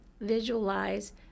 visualize